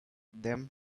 them